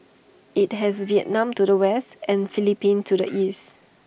IT has Vietnam to the west and Philippines to the east